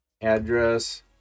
address